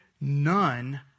None